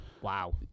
Wow